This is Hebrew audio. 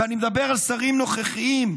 ואני מדבר על שרים נוכחיים: